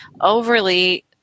overly